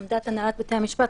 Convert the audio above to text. עמדת הנהלת בתי המשפט,